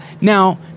Now